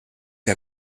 que